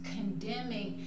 Condemning